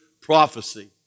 prophecy